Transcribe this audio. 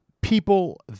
people